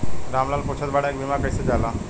राम लाल पुछत बाड़े की बीमा कैसे कईल जाला?